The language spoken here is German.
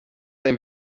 ein